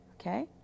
okay